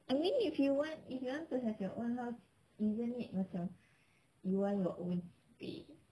I mean if you want if you want to have your own house isn't it macam you want your own space